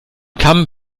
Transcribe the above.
kamm